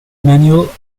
manual